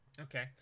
Okay